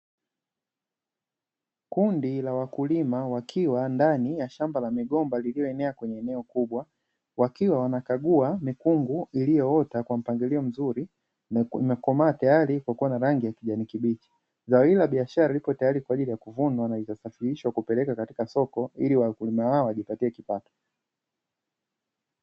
Kundi la wakulima wakiwa ndani ya migomba lililo mea kwenye eneo kubwa, wakiwa wanakagua mikungu iliyo ota kwa mpangilio mzuri na imekomaa vizuri na kuwa na rangi ya kijani kibichi. Zao hili la biashara liko tayari kwa kuvunwa na kusafirishwa kupelekwa katika soko ili wakulima hawa wajipatie kipato.